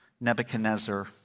Nebuchadnezzar